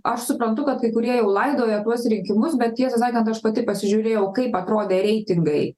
aš suprantu kad kai kurie jau laidoja tuos rinkimus bet tiesą sakant aš pati pasižiūrėjau kaip atrodė reitingai